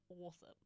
awesome